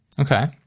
Okay